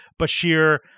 Bashir